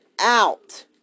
out